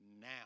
now